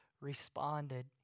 responded